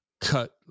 cut